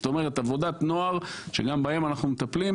זאת אומרת, עבודת נוער, שגם בה אנחנו מטפלים.